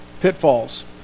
pitfalls